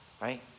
Right